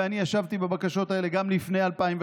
ואני ישבתי בבקשות האלה גם לפני 2005,